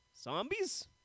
zombies